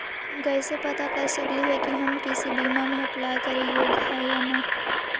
हम कैसे पता कर सकली हे की हम किसी बीमा में अप्लाई करे योग्य है या नही?